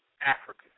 Africa